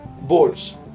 boats